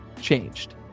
changed